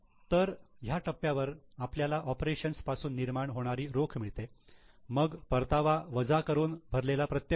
तर ह्या टप्प्यावर आपल्याला ऑपरेशन्स पासून निर्माण होणारी रोख मिळते मग परतावा वजा करून भरलेला प्रत्यक्ष कर